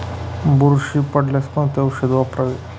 बुरशी पडल्यास कोणते औषध वापरावे?